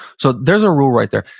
so there's a rule right there.